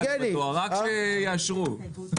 רק שיאשרו.